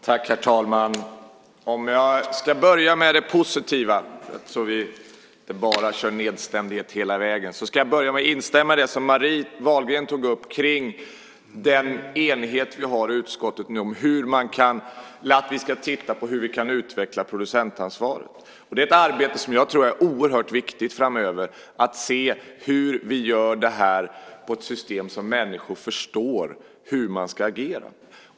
Herr talman! Om jag ska börja med det positiva, så att vi inte bara kör nedstämdhet hela vägen, ska jag börja med att instämma i det som Marie Wahlgren tog upp kring den enighet vi har i utskottet nu om att vi ska titta på hur vi kan utveckla producentansvaret. Det är ett arbete som jag tror är oerhört viktigt framöver, att se hur vi gör det här med ett system så att människor förstår hur man ska agera.